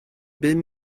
bum